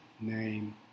name